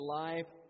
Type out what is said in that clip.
life